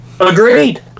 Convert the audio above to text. Agreed